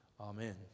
Amen